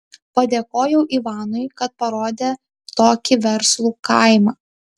padėkojau ivanui kad parodė tokį verslų kaimą